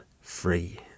free